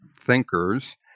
thinkers